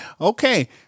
Okay